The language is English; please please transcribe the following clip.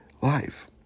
life